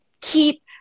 keep